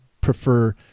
prefer